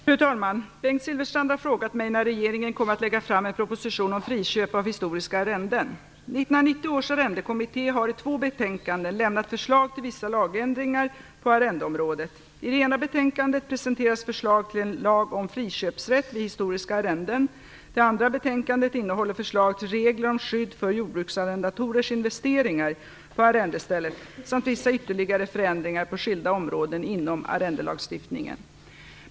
Fru talman! Bengt Silfverstrand har frågat mig när regeringen kommer att lägga fram en proposition om friköp av historiska arrenden. 1990 års Arrendekommitté har i två betänkanden lämnat förslag till vissa lagregleringar på arrendeområdet. I det ena betänkandet presenteras förslag till en lag om friköpsrätt vid historiska arrenden. Det andra betänkandet innehåller förslag till regler om skydd för jordbruksarrendatorers investeringar på arrendestället samt vissa ytterligare förändringar på skilda områden inom arrendelagstiftningen.